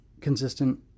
consistent